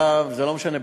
זה לא משנה,